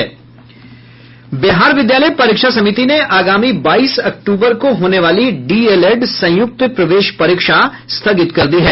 बिहार विद्यालय परीक्षा समिति ने आगामी बाईस अक्टूबर को होने वाली डीएलएड संयुक्त प्रवेश परीक्षा स्थगित कर दी है